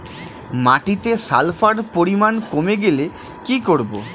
মাটিতে সালফার পরিমাণ কমে গেলে কি করব?